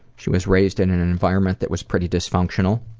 she was raised in an an environment that was pretty dysfunctional.